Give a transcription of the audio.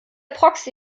proxy